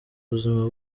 buzima